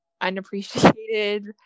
unappreciated